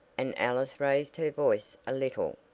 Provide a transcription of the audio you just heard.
and alice raised her voice a little.